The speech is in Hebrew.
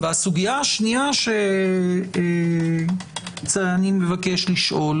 הסוגיה השנייה שאני מבקש לשאול